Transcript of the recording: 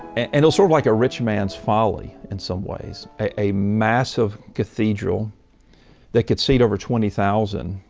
and sort of like a rich man's folly in some ways, a massive cathedral that could seat over twenty thousand.